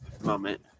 moment